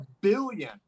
billion